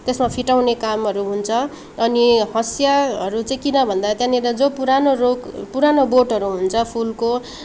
त्यसमा फिटाउने कामहरू हुन्छ अनि हँसियाहरू चाहिँ किन भन्दा त्यहाँनिर जो पुरानो रोग पुरानो बोटहरू हुन्छ फुलको